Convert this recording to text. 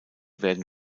werden